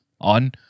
on